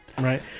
right